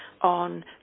on